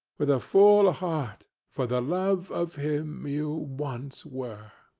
with a full heart, for the love of him you once were.